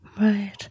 Right